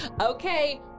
Okay